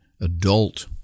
adult